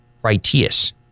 Critias